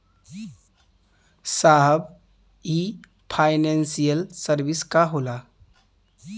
साहब इ financial service का होला?